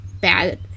bad